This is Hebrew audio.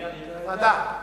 ועדת הכספים.